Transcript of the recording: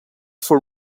for